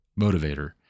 motivator